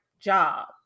job